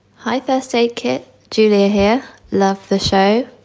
high first aid kit to their hair love the show.